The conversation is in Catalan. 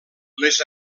les